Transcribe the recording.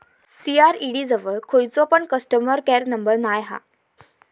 CRED जवळ खयचो पण कस्टमर केयर नंबर नाय हा